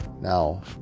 Now